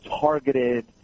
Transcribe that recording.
targeted